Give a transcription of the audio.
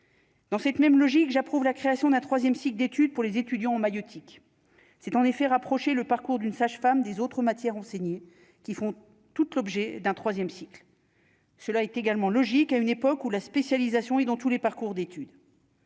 Dans cette même logique, j'approuve la création d'un 3ème cycle d'études pour les étudiants en maïeutique s'est en effet rapproché le parcours d'une sage-femme des autres matières enseignées qui font toutes l'objet d'un 3ème cycle cela est également logique à une époque où la spécialisation et dont tous les parcours d'études.